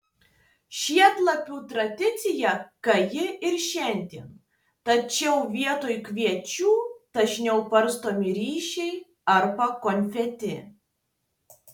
žiedlapių tradicija gaji ir šiandien tačiau vietoj kviečių dažniau barstomi ryžiai arba konfeti